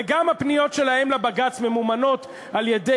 וגם הפניות שלהם לבג"ץ ממומנות על-ידי